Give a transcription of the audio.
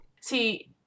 See